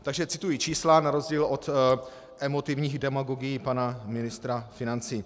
Takže cituji čísla na rozdíl od emotivních demagogií pana ministra financí.